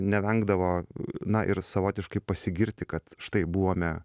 nevengdavo na ir savotiškai pasigirti kad štai buvome